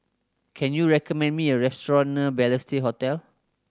can you recommend me a restaurant near Balestier Hotel